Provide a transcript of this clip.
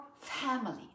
family